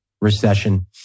recession